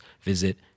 visit